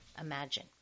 imagine